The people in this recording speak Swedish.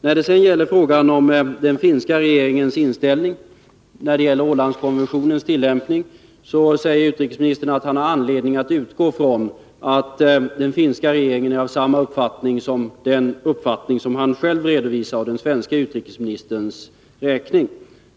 När det sedan gäller frågan om den finska regeringens inställning beträffande Ålandskonventionens tillämpning säger utrikesministern att han har anledning att utgå från att den finska regeringen är av samma uppfattning som han själv redovisar för den svenska utrikesministerns räkning.